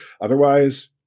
otherwise